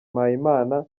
mpayimana